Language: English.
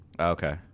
Okay